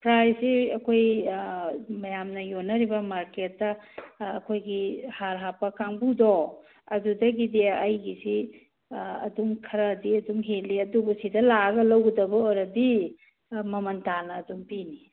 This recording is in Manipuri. ꯄ꯭ꯔꯥꯏꯖꯁꯤ ꯑꯩꯈꯣꯏ ꯃꯌꯥꯝꯅ ꯌꯣꯟꯅꯔꯤꯕ ꯃꯥꯔꯀꯦꯠꯇ ꯑꯩꯈꯣꯏꯒꯤ ꯍꯥꯔ ꯍꯥꯞꯄ ꯀꯥꯡꯕꯨꯗꯣ ꯑꯗꯨꯗꯒꯤꯗꯤ ꯑꯩꯒꯤꯁꯤ ꯑꯗꯨꯝ ꯈꯔꯗꯤ ꯑꯗꯨꯝ ꯍꯦꯜꯂꯤ ꯑꯗꯨꯕꯨ ꯁꯤꯗ ꯂꯥꯛꯑꯒ ꯂꯧꯒꯗꯕ ꯑꯣꯏꯔꯗꯤ ꯃꯃꯜ ꯇꯥꯅ ꯑꯗꯨꯝ ꯄꯤꯅꯤ